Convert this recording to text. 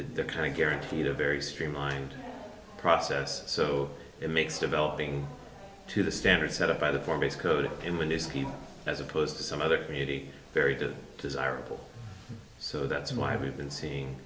they're kind guaranteed a very streamlined process so it makes developing to the standards set up by the form a code in when these people as opposed to some other community very good desirable so that's why we've been seeing